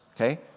Okay